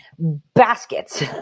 baskets